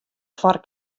foar